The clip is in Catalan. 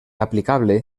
aplicable